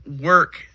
work